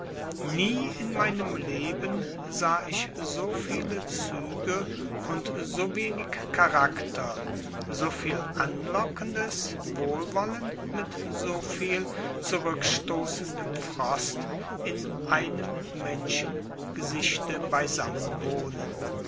nie in meinem leben sah ich so viele züge und so wenig charakter so viel anlockendes wohlwollen mit so viel zurückstoßendem frost in einem menschengesichte beisammen wohnen